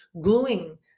gluing